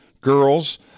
girls